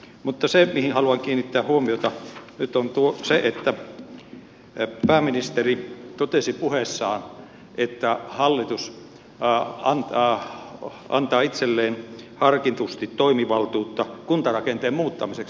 mutta se mihin haluan kiinnittää huomiota on se että pääministeri totesi puheessaan että hallitus antaa itselleen harkitusti toimivaltuutta kuntarakenteen muuttamiseksi